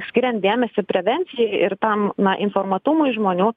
skiriant dėmesio prevencijai ir tam informuotumui žmonių